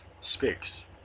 speaks